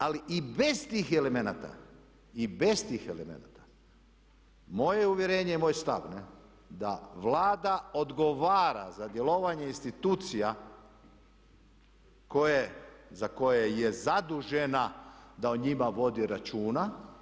Ali i bez tih elemenata i bez tih elemenata moje je uvjerenje i moj stav da Vlada odgovara za djelovanje institucija za koje je zadužena da o njima vodi računa.